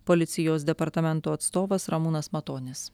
policijos departamento atstovas ramūnas matonis